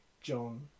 John